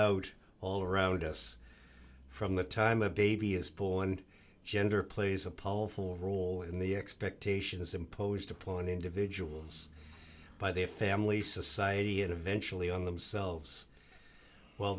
out all around us from the time a baby is born and gender plays a pole for role in the expectations imposed upon individuals by their family society and eventually on themselves w